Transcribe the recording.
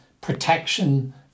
protection